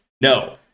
no